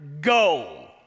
go